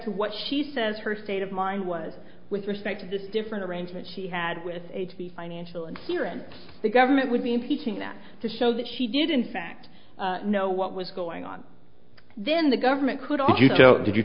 to what she says her state of mind was with respect to this different arrangement she had with the financial and here in the government would be impeaching that to show that she did in fact know what was going on then the government could you tell what did you